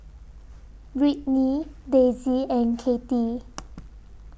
Brittny Daisey and Cathi